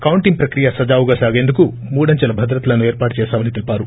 counting ప్రక్రియ సజావుగా సాగేందుకు మూడంచెల భద్రతలను ఏర్పాటు చేశామని తెలిపారు